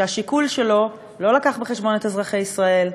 שבשיקול שלו לא הובאו בחשבון אזרחי ישראל,